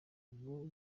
ubwo